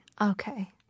Okay